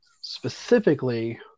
specifically